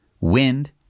wind